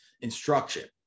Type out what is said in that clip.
instruction